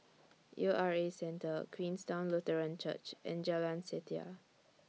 U R A Centre Queenstown Lutheran Church and Jalan Setia